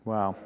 Wow